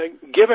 given